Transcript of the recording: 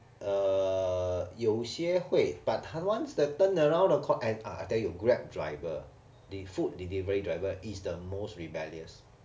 uh 有些会 but once the turnaround the clock ah then 有 grab driver the food delivery driver is the most rebellious